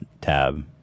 Tab